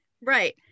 right